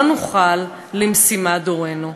לא נוכל למשימת דורנו".